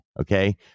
Okay